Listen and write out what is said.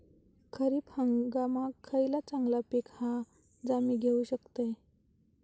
खरीप हंगामाक खयला चांगला पीक हा जा मी घेऊ शकतय?